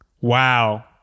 wow